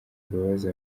imbabazi